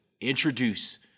introduce